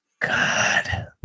God